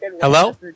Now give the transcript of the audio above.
hello